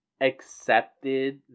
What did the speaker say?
accepted